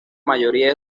mayoría